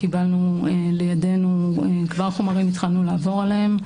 קיבלנו לידינו כבר חומרים, התחלנו לעבור עליהם.